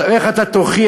עכשיו, איך אתה תוכיח?